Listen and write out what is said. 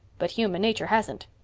but human nature hasn't.